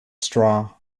straw